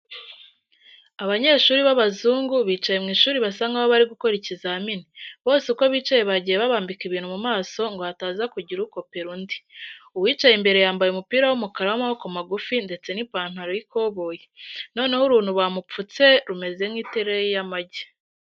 Abanyeshuri b'abazungu bicaye mu ishuri basa nkaho bari gukora ikizamini, bose uko bicaye bagiye babambika ibintu mu maso ngo hataza kugira ukopera undi. Uwicaye imbere yambaye umupira w'umukara w'amaboko magufi ndetse n'ipantaro y'ikoboyi, noneho uruntu bamupfutse rumeze nk'iteruyi y'amagi.